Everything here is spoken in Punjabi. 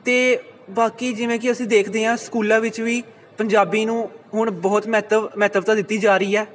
ਅਤੇ ਬਾਕੀ ਜਿਵੇਂ ਕਿ ਅਸੀਂ ਦੇਖਦੇ ਹਾਂ ਸਕੂਲਾਂ ਵਿੱਚ ਵੀ ਪੰਜਾਬੀ ਨੂੰ ਹੁਣ ਬਹੁਤ ਮਹੱਤਵ ਮਹੱਤਵਤਾ ਦਿੱਤੀ ਜਾ ਰਹੀ ਹੈ